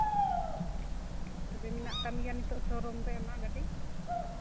ᱛᱚᱵᱮ ᱢᱮᱱᱟᱜ ᱛᱟᱢ ᱜᱮᱭᱟ ᱱᱤᱛᱚᱜ ᱥᱳᱨᱩᱢ ᱨᱮᱢᱟ ᱜᱟᱹᱰᱤ